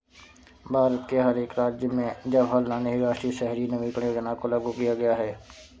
भारत के हर एक राज्य में जवाहरलाल नेहरू राष्ट्रीय शहरी नवीकरण योजना को लागू किया गया है